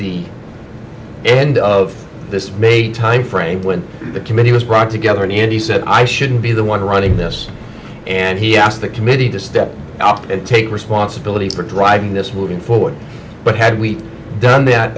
the end of this may timeframe when the committee was brought together and he said i shouldn't be the one running this and he asked the committee to step up and take responsibility for driving this moving forward but had we done that